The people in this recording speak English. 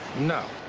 no.